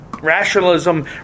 Rationalism